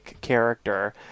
character